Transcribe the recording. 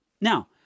Now